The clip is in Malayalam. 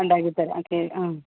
ഉണ്ടാക്കി തരാം ഓക്കേ ആ